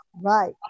Right